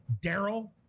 Daryl